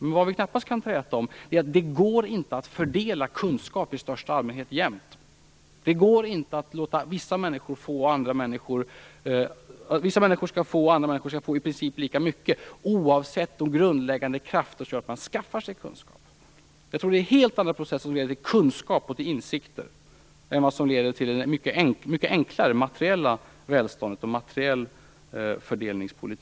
Men vi kan knappast träta om att det inte går att fördela kunskap i största allmänhet jämnt. Det går inte att låta människor få i princip lika mycket kunskap, oavsett de grundläggande krafter som gör att man skaffar sig kunskap. Jag tror att det är helt andra processer som leder till kunskap och insikter än de som leder till materiellt välstånd. De senare är mycket enklare.